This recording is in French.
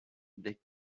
des